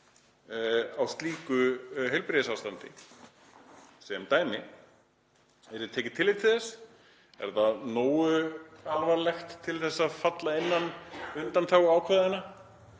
í slíku heilbrigðisástandi, sem dæmi. Yrði tekið tillit til þess? Er það nógu alvarlegt til að falla innan undanþáguákvæðanna?